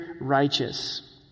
righteous